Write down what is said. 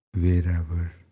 wherever